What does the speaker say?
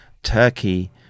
Turkey